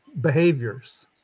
behaviors